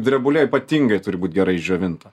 drebulė ypatingai turi būt gerai išdžiovinta